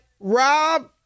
Rob